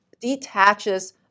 detaches